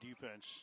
defense